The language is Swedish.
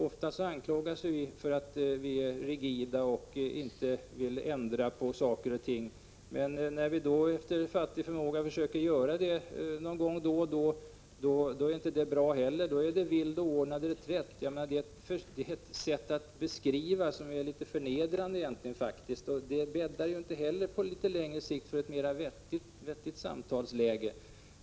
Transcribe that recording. Ofta anklagas vi för att vara rigida och ovilliga att ändra på saker och ting, men när vi efter fattig förmåga någon gång ibland försöker göra det, då är inte det bra heller. Då talar man om vild och oordnad reträtt. Det är ett sätt att beskriva det hela som egentligen är litet förnedrande. På längre sikt bäddar det inte heller för ett vettigt samtalsläge.